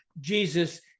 Jesus